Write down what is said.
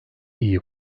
iyi